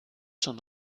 schon